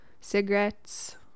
cigarettes